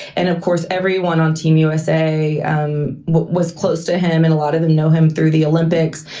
and of course, everyone on team usa um was close to him and a lot of them know him through the olympics.